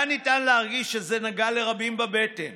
היה ניתן להרגיש שזה נגע לרבים בבטן